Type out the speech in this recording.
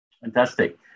fantastic